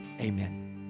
Amen